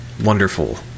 wonderful